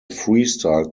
freestyle